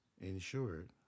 insured